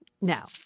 Now